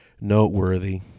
noteworthy